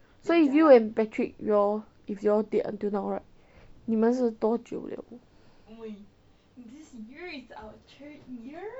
so if you and patrick if you all date until now right 你们是多久了